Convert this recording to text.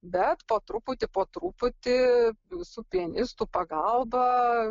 bet po truputį po truputį su pianistų pagalba